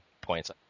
points